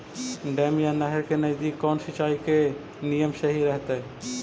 Dam या नहर के नजदीक कौन सिंचाई के नियम सही रहतैय?